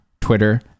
Twitter